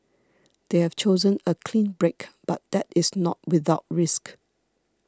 they have chosen a clean break but that is not without risk